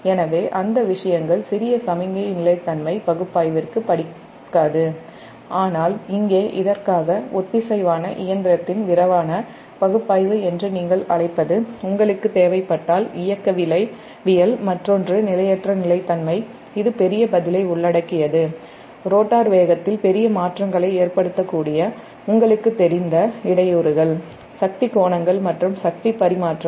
எனவே அந்த விஷயங்கள் சிறிய சமிக்ஞை நிலைத்தன்மை பகுப்பாய்விற்குப் படிக்காது ஆனால் இதற்காக ஒத்திசைவான இயந்திரத்தின் விரிவான பகுப்பாய்வு என்று நீங்கள் அழைப்பது உங்களுக்குத் தேவைப்பட்டால் மற்றொன்று நிலையற்ற நிலைத்தன்மை இது பெரிய பதிலை உள்ளடக்கியது ரோட்டார் வேகத்தில் பெரிய மாற்றங்களை ஏற்படுத்தக்கூடிய உங்களுக்குத் தெரிந்த இடையூறுகள்சக்தி கோணங்கள் மற்றும் சக்தி பரிமாற்றம்